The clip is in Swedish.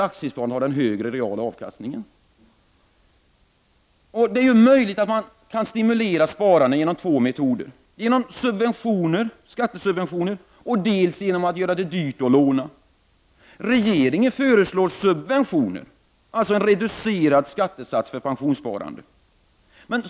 Det är möjligt att stimulera sparande med två metoder, dels genom skattesubventioner, dels genom att göra det dyrt att låna. Regeringen föreslår subventioner, dvs. en reducerad skattesats för pensionssparande.